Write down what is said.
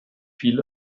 viel